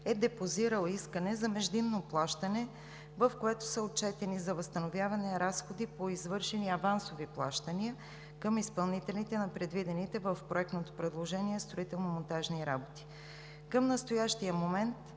е депозирал искане за междинно плащане, в което са отчетени за възстановяване разходи по извършени авансови плащания към изпълнителите на предвидените в проектното предложение строително-монтажни работи. Към настоящия момент